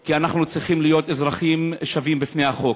כי אנחנו צריכים להיות אזרחים שווים בפני החוק.